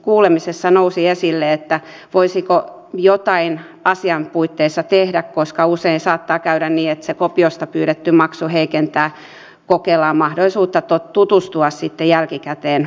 asiantuntijakuulemisessa nousi esille että voisiko jotain asian puitteissa tehdä koska usein saattaa käydä niin että se kopiosta pyydetty maksu heikentää kokelaan mahdollisuutta tutustua sitten jälkikäteen koesuoritukseensa